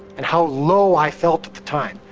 and how low i felt at the time,